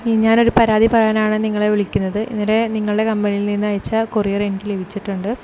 ഞാൻ ഒരു പരാതി പറയാനാണ് നിങ്ങളെ വിളിക്കുന്നത് ഇന്നലെ നിങ്ങളുടെ കമ്പനിയിൽ നിന്ന് അയച്ച കൊറിയർ എനിക്ക് ലഭിച്ചിട്ടുണ്ട്